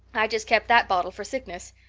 i just kept that bottle for sickness.